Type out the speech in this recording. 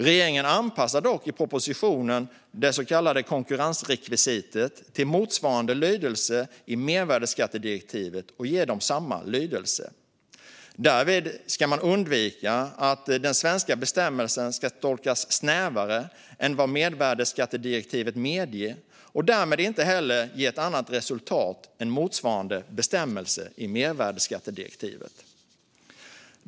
Regeringen anpassar dock i propositionen det så kallade konkurrensrekvisitet till motsvarande lydelse i mervärdesskattedirektivet och ger det samma lydelse. Därmed ska man undvika att den svenska bestämmelsen tolkas snävare än mervärdesskattedirektivet medger och ger ett annat resultat än motsvarande bestämmelse i mervärdesskattedirektivet.